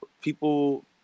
people